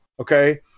Okay